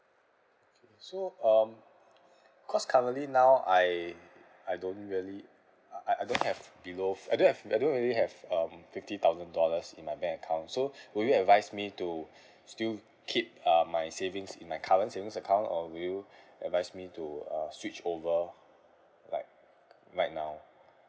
okay so um cause currently now I I don't really uh uh I don't have below f~ I don't have I don't really have um fifty thousand dollars in my bank account so will you advise me to still keep uh my savings in my current savings account or will you advise me to uh switch over like right now